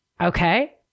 Okay